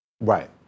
Right